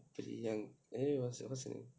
priyang eh what's that what's that